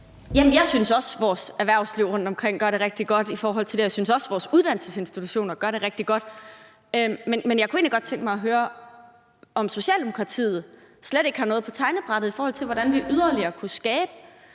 jeg synes også, at vores erhvervsliv rundtomkring gør det rigtig godt i forhold til det, og jeg synes også, at vores uddannelsesinstitutioner gør det rigtig godt, men jeg kunne egentlig godt tænke mig at høre, om Socialdemokratiet slet ikke har noget på tegnebrættet, i forhold til hvordan vi yderligere kunne skabe